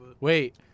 Wait